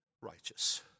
righteous